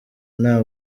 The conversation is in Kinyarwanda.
nta